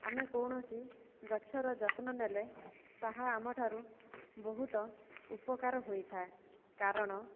ଆମେ କୌଣସି ଗଛର ଯତ୍ନ ନେଲେ ତାହା ଆମଠାରୁ ବହୁତ ଉପକାର ହୋଇଥାଏ କାରଣ